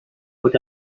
what